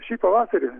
šį pavasarį